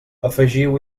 afegiu